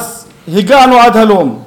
אז הגענו עד הלום,